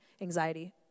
anxiety